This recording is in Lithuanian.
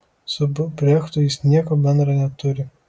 su b brechtu jis nieko bendra neturi